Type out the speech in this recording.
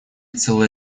целый